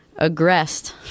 aggressed